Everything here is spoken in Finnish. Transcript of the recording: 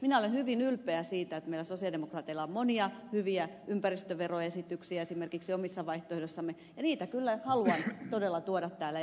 minä olen hyvin ylpeä siitä että meillä sosialidemokraateilla on monia hyviä ympäristöveroesityksiä esimerkiksi omissa vaihtoehdoissamme ja niitä kyllä haluan todella tuoda täällä esiin